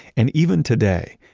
and even today,